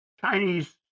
Chinese